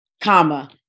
comma